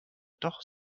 doch